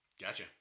Gotcha